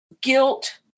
guilt